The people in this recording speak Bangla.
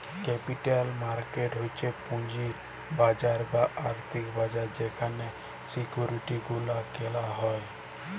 ক্যাপিটাল মার্কেট হচ্ছ পুঁজির বাজার বা আর্থিক বাজার যেখালে সিকিউরিটি গুলা কেলা হ্যয়